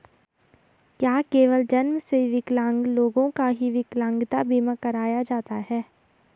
क्या केवल जन्म से विकलांग लोगों का ही विकलांगता बीमा कराया जाता है?